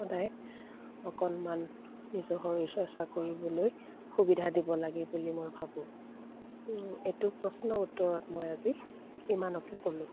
সদায় অকণমান নিজৰ শৰীৰ চৰ্চা কৰিবলৈ সুবিধা দিব লাগে বুলি মই ভাবো এইটো প্ৰশ্ন উত্তৰত মই আজি ইমানকে ক'লোঁ